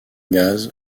gaz